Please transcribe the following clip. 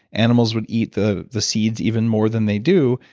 animals would eat the the seeds even more than they do,